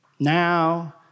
Now